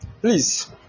Please